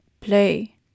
Play